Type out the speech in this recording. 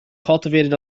cultivated